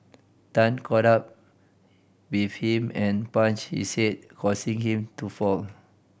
Tan caught up with him and punched his head causing him to fall